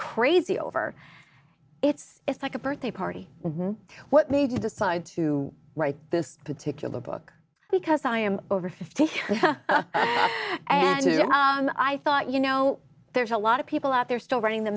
crazy over it's like a birthday party what made you decide to write this particular book because i am over fifty and i thought you know there's a lot of people out there still reading the